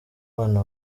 bana